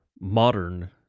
modern